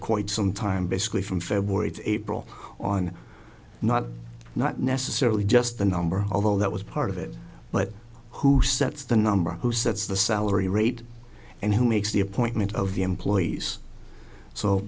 quite some time basically from fair words april on not not necessarily just the number of all that was part of it but who sets the number who sets the salary rate and who makes the appointment of the employees so